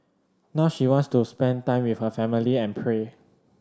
now she wants to spend time with her family and pray